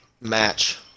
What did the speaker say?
match